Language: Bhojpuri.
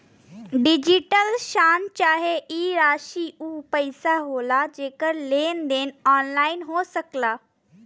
डिजिटल शन चाहे ई राशी ऊ पइसा होला जेकर लेन देन ऑनलाइन हो सकेला